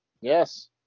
Yes